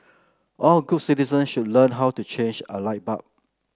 all good citizen should learn how to change a light bulb